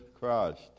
Christ